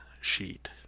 sheet